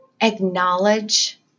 Acknowledge